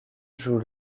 joue